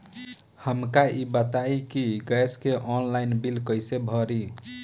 हमका ई बताई कि गैस के ऑनलाइन बिल कइसे भरी?